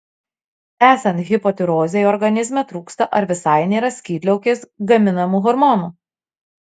esant hipotirozei organizme trūksta ar visai nėra skydliaukės gaminamų hormonų